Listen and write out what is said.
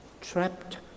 trapped